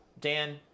Dan